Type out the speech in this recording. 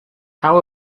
how